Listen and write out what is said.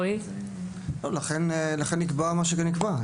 לכן נקבע מה שנקבע.